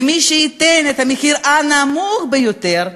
ומי שייתן את המחיר הנמוך ביותר,